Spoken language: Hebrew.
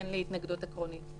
אין לי התנגדות עקרונית.